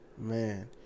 Man